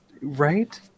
right